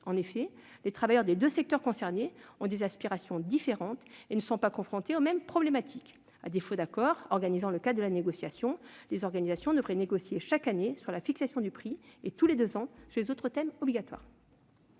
En effet, les travailleurs des deux secteurs concernés ont des aspirations différentes et ne sont pas confrontés aux mêmes problématiques. À défaut d'accord organisant le cadre de la négociation, les organisations devraient négocier chaque année sur la fixation du prix et tous les deux ans sur les autres thèmes obligatoires.